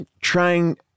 trying